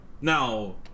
Now